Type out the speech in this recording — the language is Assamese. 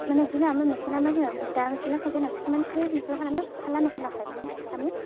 মানে যোনে আমাৰ মেখেলা মানে গোটা মেখেলা থাকে ন কিছুমান সেই মেখেলাখনক আমাৰ ফালা মেখেলা হয় মানে আমি